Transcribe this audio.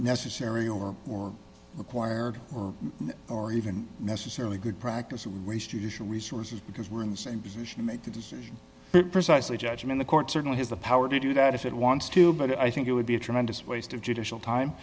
necessary or or required or even necessarily good practice raised judicial resources because we're in the same position to make the decision precisely judge in the court certainly has the power to do that if it wants to but i think it would be a tremendous waste of judicial time